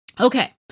Okay